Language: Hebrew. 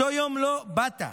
באותו יום לא באת.